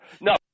No